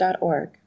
org